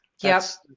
Yes